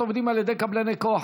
והספורט נתקבלה.